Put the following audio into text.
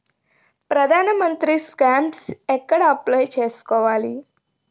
ప్రధాన మంత్రి స్కీమ్స్ ఎక్కడ అప్లయ్ చేసుకోవాలి?